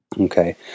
okay